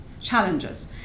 challenges